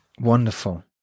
Wonderful